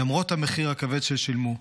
למרות המחיר הכבד ששילמו.